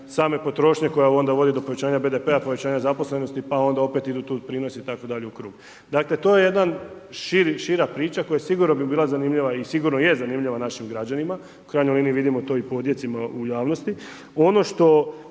same potrošnje koja onda vodi do povećanja BDP-a, povećanja zaposlenosti i onda opet idu tu doprinosi i tako dalje u krug. Dakle to je jedan šira priča koja sigurno bi bila zanimljiva i sigurno je zanimljiva našim građanima, u krajnjoj liniji vidimo to i po odjecima u javnosti.